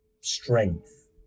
strength